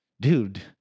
dude